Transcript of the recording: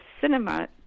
cinema